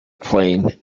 plain